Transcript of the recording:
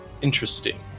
interesting